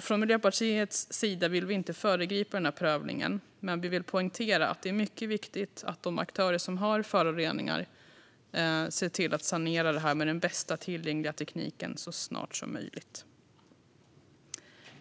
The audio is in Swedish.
Från Miljöpartiets sida vill vi inte föregripa denna prövning, men vi vill poängtera att det är mycket viktigt att de aktörer som har föroreningar ser till att sanera detta med den bästa tillgängliga tekniken så snart som möjligt.